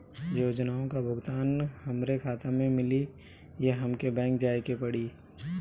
योजनाओ का भुगतान हमरे खाता में मिली या हमके बैंक जाये के पड़ी?